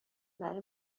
برای